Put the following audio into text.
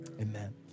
Amen